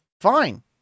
fine